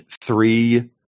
three